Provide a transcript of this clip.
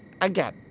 again